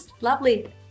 Lovely